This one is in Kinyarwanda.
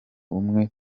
umwe